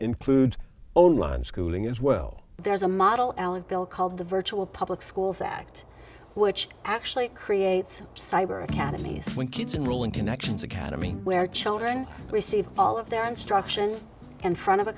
includes own line schooling as well there's a model alec bill called the virtual public schools act which actually creates cyber academies when kids and ruling connections academy where children receive all of their instruction and front of a